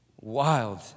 wild